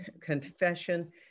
confession